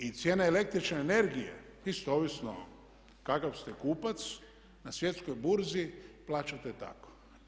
I cijena električne energije isto ovisno kakav ste kupac na svjetskoj burzi plaćate tako.